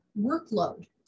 Workload